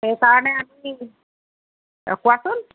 সেইকাৰণে আজি কোৱাচোন